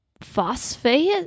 phosphate